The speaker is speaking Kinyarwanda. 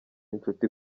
inshuti